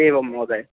एवं महोदय